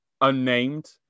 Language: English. unnamed